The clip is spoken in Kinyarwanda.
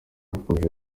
yakomeje